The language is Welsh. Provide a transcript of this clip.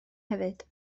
hefyd